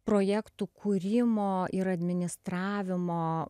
projektų kūrimo ir administravimo